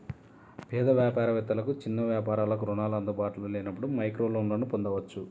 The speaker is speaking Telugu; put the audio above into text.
పేద వ్యాపార వేత్తలకు, చిన్న వ్యాపారాలకు రుణాలు అందుబాటులో లేనప్పుడు మైక్రోలోన్లను పొందొచ్చు